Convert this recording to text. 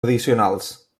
addicionals